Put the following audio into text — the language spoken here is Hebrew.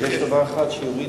יש דבר אחד שהיא הורידה.